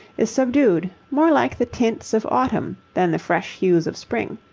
is subdued, more like the tints of autumn than the fresh hues of spring.